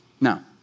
Now